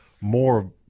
more